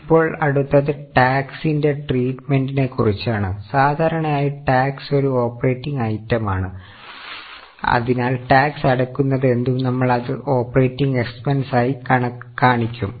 ഇപ്പോൾ അടുത്തത് ടാക്സിന്റെ ട്രീറ്റ്മെൻറ്റിനെ കുറിച്ചാണ് സാധാരണയായി ടാക്സ് ഒരു ഓപ്പറേറ്റിങ് ഐറ്റം ആണ് അതിനാൽ ടാക്സ് അടയ്ക്കുന്നതെന്തും നമ്മൾ അത് ഓപ്പറേറ്റിംഗ് എക്സ്പെൻസ് ആയി കാണിക്കും